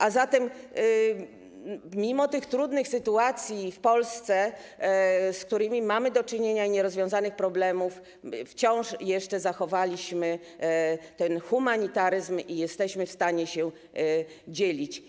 A zatem mimo tych trudnych sytuacji w Polsce, z którymi mamy do czynienia, i mimo tych nierozwiązanych problemów wciąż jeszcze zachowaliśmy ten humanitaryzm i jesteśmy w stanie się dzielić.